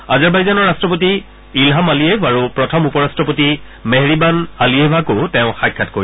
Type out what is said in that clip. আজাৰবাইজানৰ ৰাট্টপতি Ilham Aliyev আৰু প্ৰথম উপ ৰাট্টপতি মেহৰিবান আলিয়েভাকো তেওঁ সাক্ষাৎ কৰিব